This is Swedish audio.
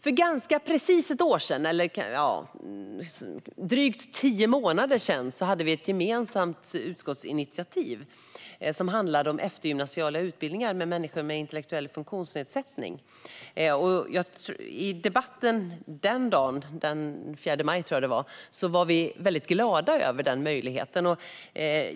För drygt tio månader sedan hade vi ett gemensamt utskottsinitiativ som handlade om eftergymnasiala utbildningar för människor med intellektuell funktionsnedsättning. I debatten den dagen - den 4 maj, tror jag att det var - var vi väldigt glada över denna möjlighet.